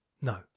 No